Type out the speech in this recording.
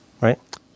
right